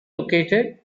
located